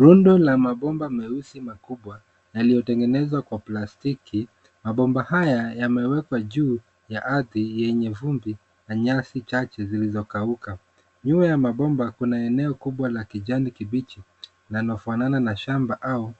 Rundo la mabomba meusi makubwa, na yaliyotengenezwa kwa plastiki. Mabomba haya yamewekwa juu ya ardhi, yenye vumbi na nyasi chache zilizokauka. Nyuma ya mabomba kuna eneo kubwa la kijani kibichi, linalofanana na shamba, au